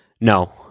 no